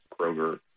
Kroger